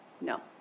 No